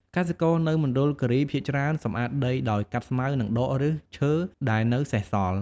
កសិករនៅមណ្ឌលគិរី ភាគច្រើនសម្អាតដីដោយកាត់ស្មៅ និងដកឫសឈើដែលនៅសេសសល់។